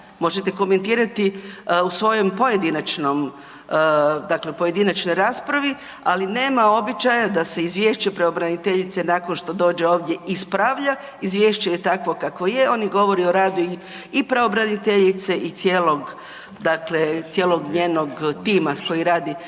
možete komentirati u svojem pojedinačnom dakle pojedinačnoj raspravi, ali nema običaja da se izvješće pravobraniteljice nakon što dođe ovdje ispravlja, izvješće je takvo kako je, ono govori o radu i pravobraniteljice i cijelog dakle …… cijelog njenog tima koji radi, radi